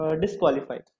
disqualified